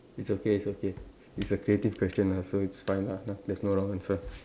it's okay it's okay it's a creative question lah so it's fine lah na~ there's no wrong answer